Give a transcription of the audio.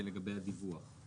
זה לגבי הדיווח.